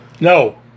No